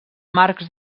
marcs